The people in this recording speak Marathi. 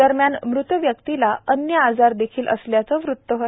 दरम्यान मृत व्यक्तीला अन्य आजार देखील असल्याचं वृत आहे